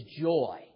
joy